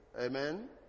Amen